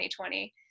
2020